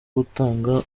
gutanga